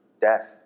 death